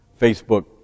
Facebook